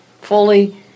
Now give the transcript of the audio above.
fully